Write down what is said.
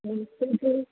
नमस्ते